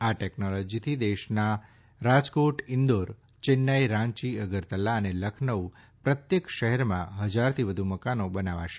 આ ટેકનોલોજીથી દેશના રાજકોટઇંદોર ચેન્નાઇ રાંચી અગરતાલા અને લખનઉ પ્રત્યેક શહેરમાં હજારથી વધુ મકાનો બનાવાશે